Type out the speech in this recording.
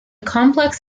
complex